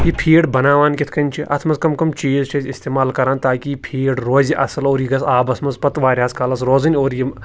یہِ فیٖڈ بَناوان کِتھ کٔنۍ چھِ اَتھ منٛز کَم کَم چیٖز چھِ أسۍ استعمال کَران تاکہِ یہِ فیٖڈ روزِ اَصٕل اور یہِ گژھِ آبَس منٛز پَتہٕ واریاہَس کالَس روزٕنۍ اور یِم